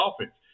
offense